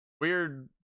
weird